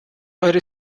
eure